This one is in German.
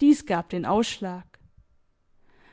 dies gab den ausschlag